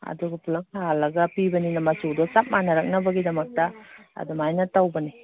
ꯑꯗꯨꯒ ꯄꯨꯂꯞ ꯁꯥꯍꯜꯂꯒ ꯄꯤꯕꯅꯤꯅ ꯃꯆꯨꯗꯣ ꯆꯞ ꯃꯥꯟꯅꯔꯛꯅꯕꯒꯤꯗꯃꯛꯇ ꯑꯗꯨꯃꯥꯏꯅ ꯇꯧꯕꯅꯤ